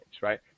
Right